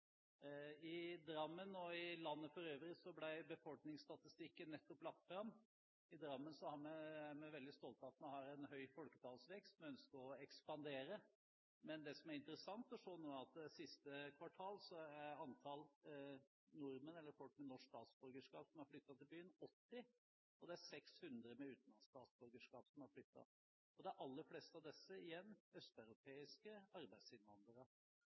I Drammen og i landet for øvrig ble befolkningsstatistikken nettopp lagt fram. I Drammen er vi veldig stolte av at vi har en høy folketallsvekst. Vi ønsker å ekspandere. Men det som er interessant å se nå, er at i siste kvartal er antallet personer med norsk statsborgerskap som har flyttet til byen, 80, og det er 600 med utenlandsk statsborgerskap. De aller fleste av disse igjen er østeuropeiske arbeidsinnvandrere.